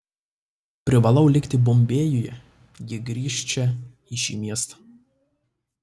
privalau likti bombėjuje ji grįš čia į šį miestą